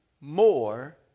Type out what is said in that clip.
more